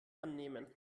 annehmen